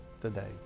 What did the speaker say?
today